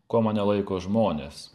kuo mane laiko žmonės